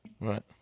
right